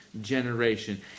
generation